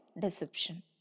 deception